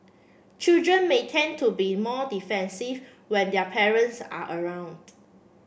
children may tend to be more defensive when their parents are around